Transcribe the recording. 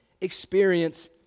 experience